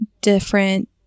different